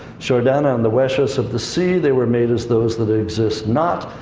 shardana and the wesheh of the sea, they were made as those that exist not.